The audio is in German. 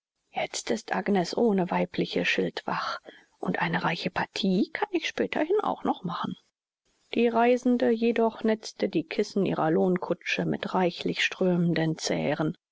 jetzt ist agnes ohne weibliche schildwach und eine reiche partie kann ich späterhin auch noch machen die reisende jedoch netzte die kissen ihrer lohnkutsche mit reichlich strömenden zähren